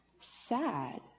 sad